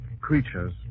creatures